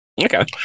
Okay